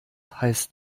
heißt